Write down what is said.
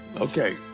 Okay